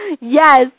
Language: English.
yes